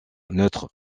neutre